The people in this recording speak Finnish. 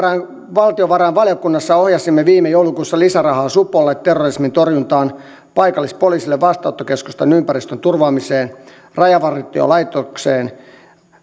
valtiovarainvaliokunnassa ohjasimme viime joulukuussa lisärahaa supolle terrorismin torjuntaan paikallispoliisille vastaanottokeskusten ympäristön turvaamiseen rajavartiolaitokseen